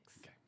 Okay